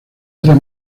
tres